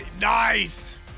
Nice